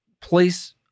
place